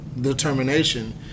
determination